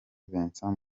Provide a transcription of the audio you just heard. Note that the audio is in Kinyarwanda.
vincent